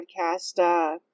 podcast